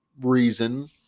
reason